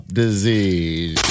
disease